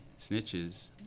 snitches